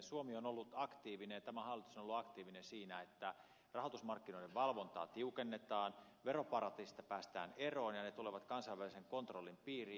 suomi on ollut aktiivinen ja tämä hallitus on ollut aktiivinen siinä että rahoitusmarkkinoiden valvontaa tiukennetaan veroparatiiseista päästään eroon ja ne tulevat kansainvälisen kontrollin piiriin